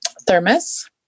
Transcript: thermos